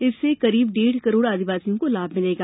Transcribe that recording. इससे करीब डेढ़ करोड़ आदिवासियों को लाभ मिलेगा